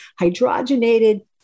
hydrogenated